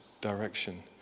direction